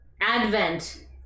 Advent